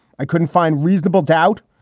i couldn't find reasonable doubt.